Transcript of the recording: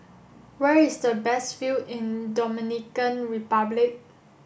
where is the best view in Dominican Republic